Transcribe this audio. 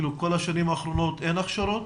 כל השנים האחרונות אין הכשרות?